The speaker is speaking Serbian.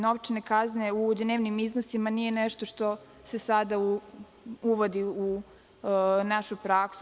Novčane kazne u dnevnim iznosima nije nešto što se sada uvodi u našu praksu.